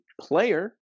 player